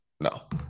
no